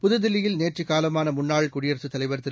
புதுதில்லியில் நேற்று காலமான முன்னாள் குடியரசுத் தலைவர் திரு